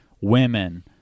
women